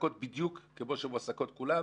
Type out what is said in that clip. מועסקות בדיוק כמו שמועסקות כולן,